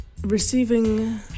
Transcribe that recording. receiving